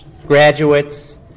graduates